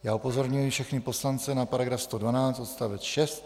Já upozorňuji všechny poslance na § 112 odst. 6.